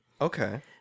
Okay